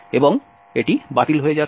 সুতরাং আমাদের 0 আছে